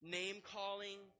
name-calling